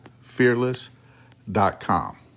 fearless.com